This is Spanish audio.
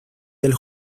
del